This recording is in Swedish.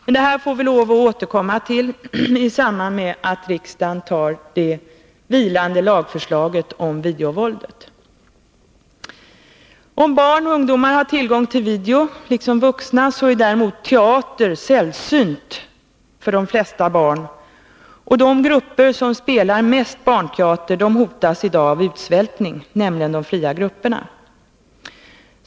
Men detta får vi återkomma till i samband med att riksdagen skall anta det vilande lagförslaget om videovåldet. Om barn och ungdom, liksom vuxna, har tillgång till video är däremot teater sällsynt för de flesta barn. De grupper som spelar mest barnteater hotas i dag av utsvältning, nämligen de fria grupperna.